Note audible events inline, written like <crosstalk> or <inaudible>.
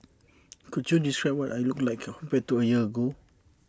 <noise> could you describe what I looked like compared to A year ago